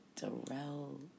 Darrell